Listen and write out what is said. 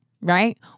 Right